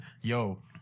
Yo